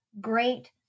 great